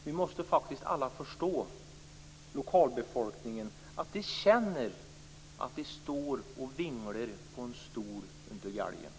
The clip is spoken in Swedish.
Vi måste faktiskt alla förstå att lokalbefolkningen känner att den står och vinglar på en stol under galgen.